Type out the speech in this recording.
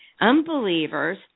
unbelievers